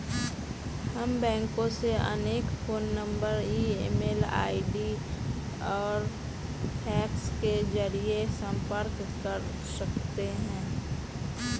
हम बैंकों से उनके phone number email ID और फैक्स के जरिए संपर्क कर सकते हैं